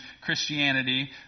Christianity